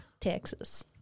Texas